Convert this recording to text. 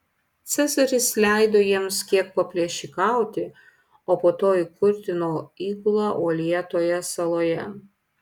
cezaris leido jiems kiek paplėšikauti o po to įkurdino įgulą uolėtoje saloje